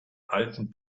alten